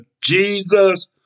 Jesus